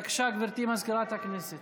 בבקשה, גברתי סגנית מזכירת הכנסת.